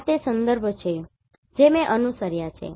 આ તે સંદર્ભો છે જે મેં અનુસર્યા છે